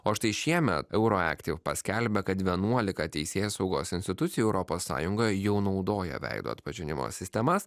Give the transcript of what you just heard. o štai šiemet euro ektiv paskelbė kad vienuolika teisėsaugos institucijų europos sąjungoje jau naudoja veido atpažinimo sistemas